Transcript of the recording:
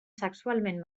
sexualment